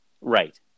Right